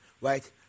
right